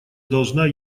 должна